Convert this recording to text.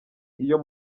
iyo